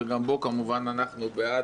שגם בו כמובן אנחנו בעד